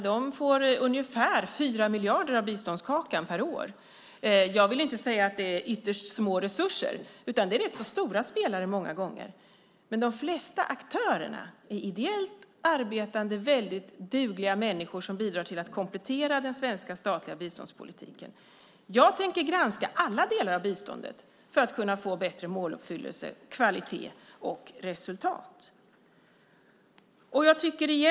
De får ungefär 4 miljarder av biståndskakan per år. Jag vill inte säga att det är ytterst små resurser. Det är rätt så stora spelare många gånger, men de flesta aktörerna är ideellt arbetande, väldigt dugliga människor som bidrar till att komplettera den statliga svenska biståndspolitiken. Jag tänker granska alla delar av biståndet för att kunna få bättre måluppfyllelse, kvalitet och resultat.